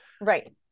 Right